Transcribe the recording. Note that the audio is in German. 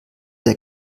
der